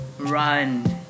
Run